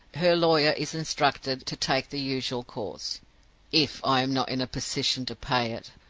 her lawyer is instructed to take the usual course if i am not in a position to pay it!